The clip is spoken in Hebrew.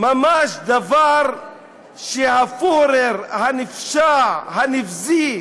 ממש דבר שהפיהרר הנפשע, הנבזי,